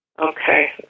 Okay